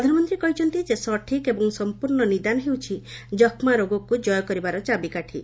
ପ୍ରଧାନମନ୍ତ୍ରୀ କହିଛନ୍ତି ଯେ ସଠିକ ଏବଂ ସମ୍ପର୍ଣ୍ଣ ନିଦାନ ହେଉଛି ଯକ୍ଷ୍ମାରୋଗକୁ ଜୟ କରିବାର ଚାବିକାଠି